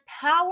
power